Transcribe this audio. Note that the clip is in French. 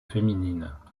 féminines